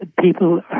people